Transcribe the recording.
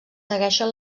segueixen